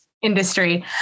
industry